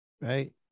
Right